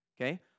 Okay